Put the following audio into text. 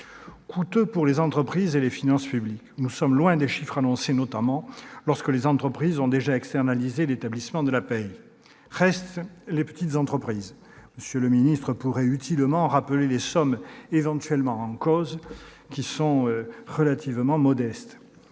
coûteux pour les entreprises et les finances publiques ? Nous sommes loin des chiffres annoncés, notamment pour les cas où les entreprises ont déjà externalisé l'établissement de la paye. Restent les petites entreprises. M. le ministre pourrait utilement rappeler les sommes éventuellement en cause, qui sont relativement modestes.